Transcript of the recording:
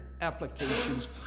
applications